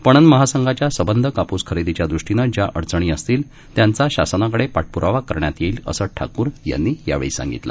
पणनमहासंघाच्यासबंधकापूसखरेदीच्यादृष्टीनेज्याअडचणीअसतील त्यांचाशासनाकडेपाठप्रावाकरण्यातयेईल असंठाकूरयांनीयावेळीसांगितले